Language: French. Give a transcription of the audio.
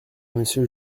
monsieur